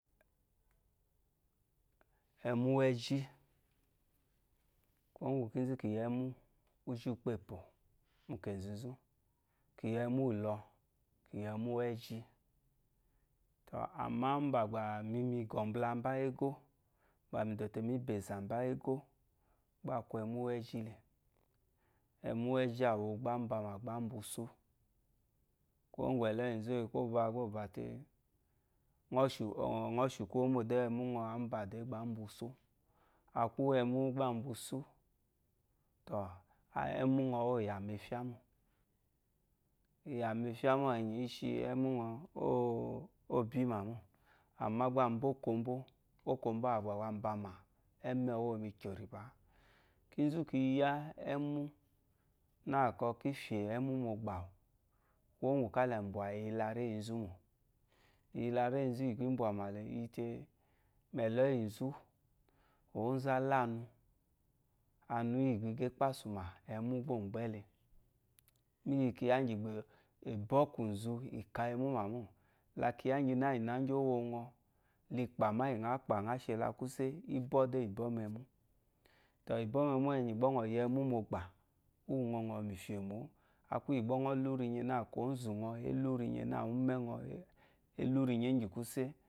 Ɛmwú úwù ɛ́zhí, kwuwó ŋgwù kínzú kì yi ɛ́mwú úzhí ekpěpò mu kènzu nzú kì yi ɛmwu ìlɔ, kì yi ɛmwú úwù ɛzhí. Àmá úmbà mi, mi gɔ̀ mbula mbá égó, gbà mi dò te mǐ bà ɛ̀zà mbá égó gbá akwu ɛmwú wɛ́zhí le. Ɛ́mwú wɛ́zhí àwù uwu gbá ǎ mbamà gbá ǎ mbá usú le. Kwuwó ŋgwù ɛ̀lɔ́yì nzú o yi kwɔ̂ba gbá ɔ̀ bà tee, ŋɔ́ shì kwúwó mô dé, ɛmwú nɔ ǎ mbâ dé gbà â mba usú. A kwu íyì ɛmwú gbá a mba usú, tɔ̀ ɛ́mwú ŋɔ ɔ́ yàmà ɛfyá mô. Iyàmàm ɛfyá mô ɛ̀nyì, ǐ shi ɛ́mwú ŋɔ ɔ̂ bímà mô. Àmá gbá a mba ókombó, okombó àwù gbà gbà a mbamà, ɛ́mɛ́ɛ wú o yi mu ikyò rìbà. Kínzú ki yá ɛmwú nâ kɔ kí fyè ɛ́mwú mu ɔgbà àwù, kwuwó ŋgwù kála ì mbwà ìyilaréyi nzu mò. Iyilaréyi nzú íyì gbà ì mbwàmà le gbá i yi tê? Mu ɛ̀lɔ́yì nzú, ǒnzù á lú anu, anu íyì gbà i gà ɛ́kpásù mà, ɛmwú gbá ò gbɛ́ le. Í yi kyiya íŋgyì bɔ̀ ìbɔ́kwùnzu i ka ɛmwú mà mô. La kyiya íŋgináŋgyinà íŋgyì o wo ŋɔ, ikpàmà íyì ŋǎ kpà ŋǎ she la kwúsé, í bɔ́ ɔ́lú ì bɔ́ mu ɛmwú. Tɔ̀ ìbɔ́ mu ɛ́mwú ɛ̀nyì gbá ŋɔ̀ yi ɛ́mwú mu ɔ̀gbà, a kwu íyì gbá ŋɔ́ lú rinye nâ a kwu ǒnzù ŋɔ é lú rinye nâ úmɛ́ ŋɔ, é lú rinye íŋgyì kwúsé